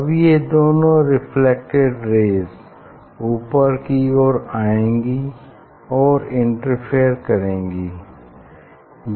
अब ये दोनों रेफ्लेक्टेड रेज़ ऊपर की ओर आएंगी और इंटरफेयर करेंगी